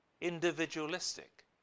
individualistic